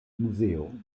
muzeo